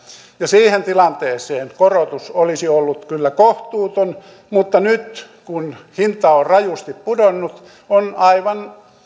ja siihen tilanteeseen korotus olisi ollut kyllä kohtuuton mutta nyt kun hinta on rajusti pudonnut on aivan